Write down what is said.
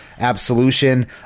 absolution